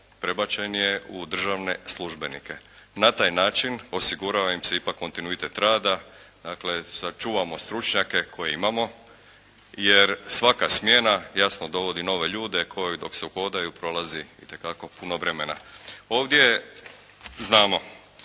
prebačen je u državne službenike. Na taj način osigurao im se ipak kontinuitet rada, dakle sad čuvamo stručnjake koje imamo jer svaka smjena jasno dovodi nove ljude koji dok se uhodaju prolazi itekako puno vremena. Ovdje je, znamo